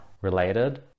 related